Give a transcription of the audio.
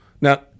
Now